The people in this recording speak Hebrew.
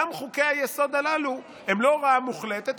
גם חוקי-היסוד הללו הם לא הוראה מוחלטת,